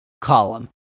column